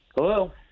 Hello